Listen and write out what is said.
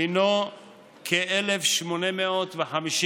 הינו כ-1,850,